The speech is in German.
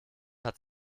hat